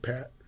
Pat